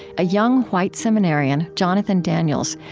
a young white seminarian, jonathan daniels,